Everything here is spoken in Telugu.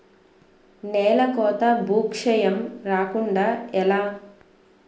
నేలకోత భూక్షయం రాకుండ ఎలా?